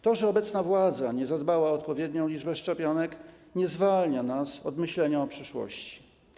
To, że obecna władza nie zadbała o odpowiednią liczbę szczepionek, nie zwalnia nas od myślenia o przyszłości.